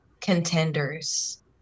contenders